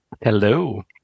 Hello